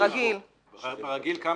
ברגיל כמה?